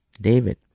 David